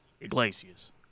Iglesias